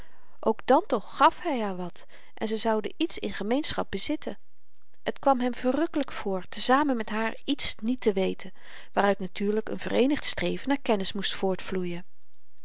ook dan toch gàf hy haar wat en ze zouden iets in gemeenschap bezitten het kwam hem verrukkelyk voor te-zamen met haar iets niet te weten waaruit natuurlyk n vereenigd streven naar kennis moest